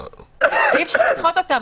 אי אפשר לדחות אותם,